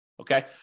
Okay